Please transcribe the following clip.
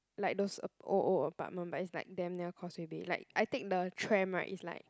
like those old old apartment but it's like damn near Causeway Bay like I take the tram [right] it's like